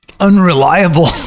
Unreliable